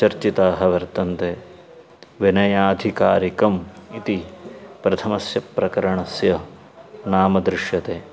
चर्चिताः वर्तन्ते विनयाधिकारिकम् इति प्रथमस्य प्रकरणस्य नाम दृश्यते